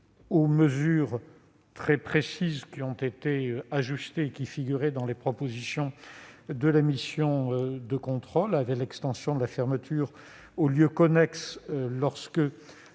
aux mesures très précises, et qui ont été ajustées, figurant dans les propositions de la mission de contrôle, notamment l'extension de la fermeture aux lieux connexes